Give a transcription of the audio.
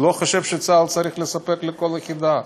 לא חושב שצה"ל צריך לספק לכל יחידה.